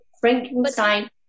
Frankenstein